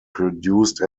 produced